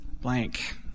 blank